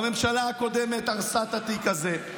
הממשלה הקודמת הרסה את התיק הזה.